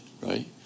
right